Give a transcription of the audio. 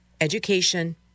education